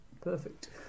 Perfect